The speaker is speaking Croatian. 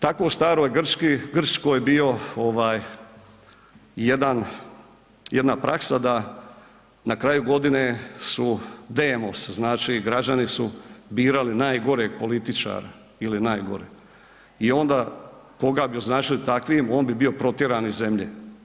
Tako u staroj Grčkoj bio ovaj jedna praksa da na kraju godine su demos, znači građani su birali najgoreg političara ili najgore i onda, koga bi označili takvim, on bi bio protjeran iz zemlje.